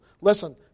Listen